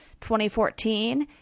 2014